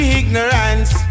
ignorance